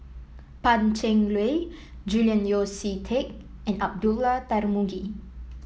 Pan Cheng Lui Julian Yeo See Teck and Abdullah Tarmugi